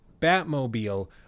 Batmobile